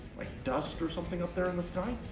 like dust or something up there in the sky.